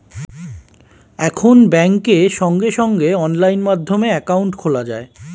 এখন ব্যাংকে সঙ্গে সঙ্গে অনলাইন মাধ্যমে অ্যাকাউন্ট খোলা যায়